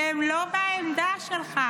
כי הם לא בעמדה שלך.